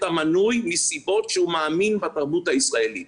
המנוי מסיבות שהוא מאמין בתרבות הישראלית,